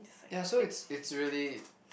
ya it's it's really